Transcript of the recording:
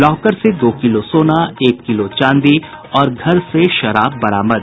locker से दो किलो सोना एक किलो चांदी और घर से शराब बरामद